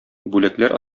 бүләкләр